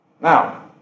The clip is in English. Now